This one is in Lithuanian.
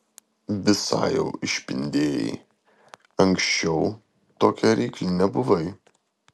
visai jau išpindėjai anksčiau tokia reikli nebuvai